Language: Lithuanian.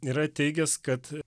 yra teigęs kad